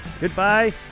goodbye